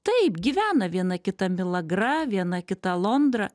taip gyvena viena kita milagra viena kita alondra